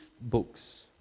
books